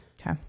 Okay